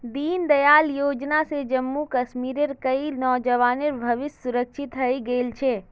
दीनदयाल योजना स जम्मू कश्मीरेर कई नौजवानेर भविष्य सुरक्षित हइ गेल छ